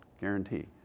guarantee